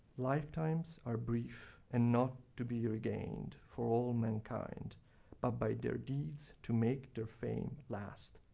lifetimes are brief and not to be regained, for all mankind. but by their deeds to make their fame last,